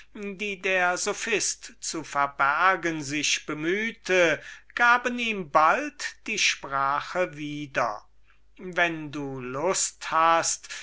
die der sophist zu verbergen sich bemühte gaben ihm bald die sprache wieder wenn du lust hast